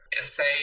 Say